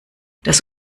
das